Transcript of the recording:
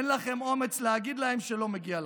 אין לכם אומץ להגיד להם שלא מגיע להם.